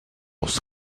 was